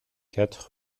quatre